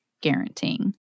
guaranteeing